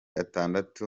atandatu